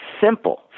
simple